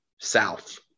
south